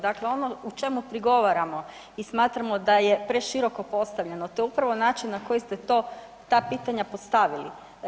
Dakle ono u čemu prigovaramo i smatramo da je preširoko postavljeno to je upravo način na koji ste to, ta pitanja postavili.